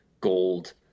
gold